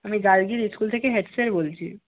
আমি গার্গীর স্কুল থেকে হেড স্যার বলছি